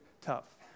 tough